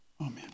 Amen